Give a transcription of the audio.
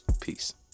Peace